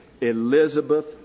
Elizabeth